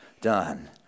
done